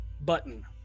button